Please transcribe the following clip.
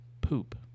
poop